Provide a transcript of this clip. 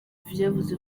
vyavuze